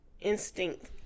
instinct